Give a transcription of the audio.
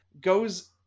goes